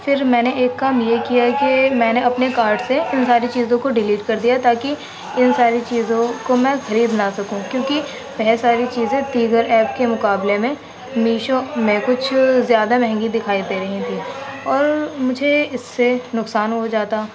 پھر میں نے ایک کام یہ کیا کہ میں نے اپنے کارٹ سے ان ساری چیزوں کو ڈیلیٹ کر دیا تاکہ ان ساری چیزوں کو میں خرید نہ سکوں کیونکہ وہ ساری چیزیں تیور ایپ کے مقابلے میں میشو میں کچھ زیادہ مہنگی دکھائی دے رہی تھیں اور مجھے اس سے نقصان ہو جاتا